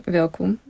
welkom